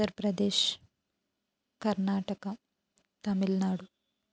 Uttara Pradesh Karnataka Tamil Nadu